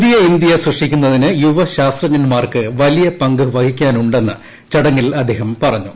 പുതിയ ഇന്തൃ സൃഷ്ടിക്കുന്നതിന് യുവ ശാസ്ത്രജ്ഞൻമാർക്ക് വലിയ പങ്ക് വഹിക്കാനുണ്ടെന്ന് ചടങ്ങിൽ അദ്ദേഹം പറഞ്ഞു